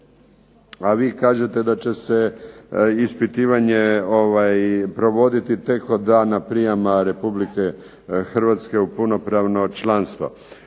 a vi kažete da će se ispitivanje provoditi tek od dana prijama Republike Hrvatske u punopravno članstvo.